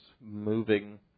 moving